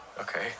Okay